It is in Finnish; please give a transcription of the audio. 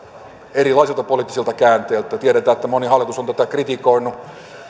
erilaisilta poliittisilta käänteiltä tiedetään että moni hallitus on tätä kritikoinut